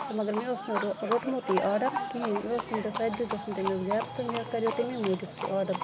تہٕ مَگر مےٚ اوس نہٕ روٚٹمُت یہِ آرڈر کِہیٖنۍ مےٚ اوس تَمہِ دۄہ سَتہِ دۄہہِ گژھُن تٔمِس گرٕ تہٕ مےٚ کَریو تَمہِ موٗجوٗب سُہ آرڈر